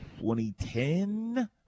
2010